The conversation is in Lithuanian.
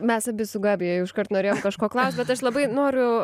mes abi su gabija jau iškart norėjom kažko klaust bet aš labai noriu